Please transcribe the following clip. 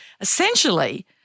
essentially